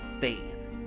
faith